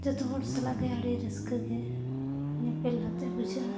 ᱡᱚᱛᱚ ᱦᱚᱲ ᱥᱟᱞᱟᱜ ᱜᱮ ᱟᱹᱰᱤ ᱨᱟᱹᱥᱠᱟᱹ ᱜᱮ ᱧᱮᱯᱮᱞ ᱠᱟᱛᱮᱫ ᱵᱩᱡᱷᱟᱹᱜᱼᱟ